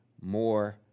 more